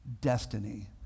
Destiny